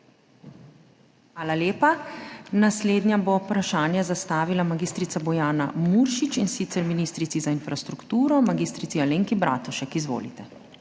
Hvala lepa. Naslednja bo vprašanje zastavila mag. Bojana Muršič, in sicer ministrici za infrastrukturo mag. Alenki Bratušek. Izvolite.